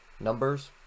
Numbers